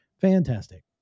Fantastic